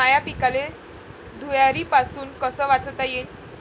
माह्या पिकाले धुयारीपासुन कस वाचवता येईन?